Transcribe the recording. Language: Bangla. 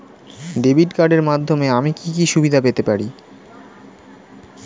ডেবিট কার্ডের মাধ্যমে আমি কি কি সুবিধা পেতে পারি?